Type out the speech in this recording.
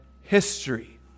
history